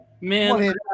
man